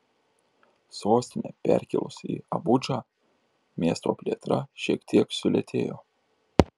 sostinę perkėlus į abudžą miesto plėtra šiek tiek sulėtėjo